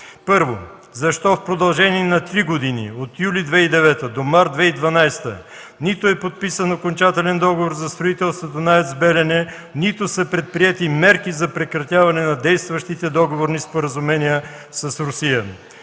Първо, защо в продължение на три години – от месец юли 2009 г. до месец март 2012 г. нито е подписан окончателен договор за строителството на АЕЦ „Белене”, нито са предприети мерки за прекратяване на действащите договорни споразумения с Русия?